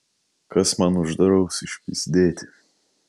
kas man uždraus išpyzdėti